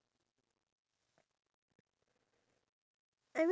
I feel because back then in the olden days they